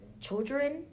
children